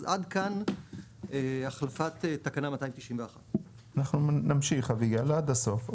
אז עד כאן החלפת תקנה 291. אנחנו נמשיך אביגל עד הסוף,